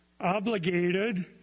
obligated